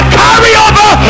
carryover